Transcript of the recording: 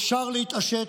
אפשר להתעשת,